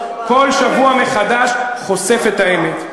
כל שבוע מחדש חושף את האמת.